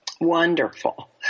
Wonderful